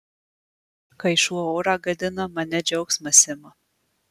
kai šuo orą gadina mane džiaugsmas ima